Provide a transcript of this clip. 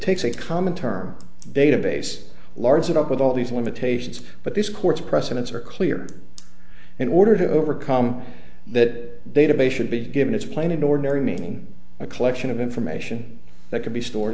takes a common term database large it up with all these limitations but this court's precedents are clear in order to overcome that database should be given its plain and ordinary meaning a collection of information that can be stored